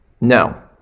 No